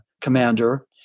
commander